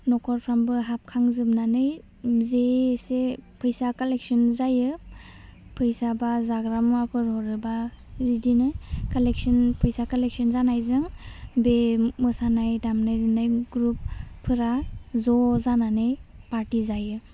नखरफ्रामबो हाबखांजोबनानै जे एसे फैया कालेकशन जायो फैसा बा जाग्रा मुवाफोर हरो बा बिदिनो कालेकशन फैसा कालेकशन जानायजों बे मोसानाय दामनाय देनाय ग्रुपफोरा ज' जानानै पार्टि जायो